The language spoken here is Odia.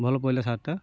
ଭଲ ପଇଲା ସାର୍ଟଟା